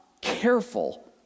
careful